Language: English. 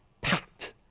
packed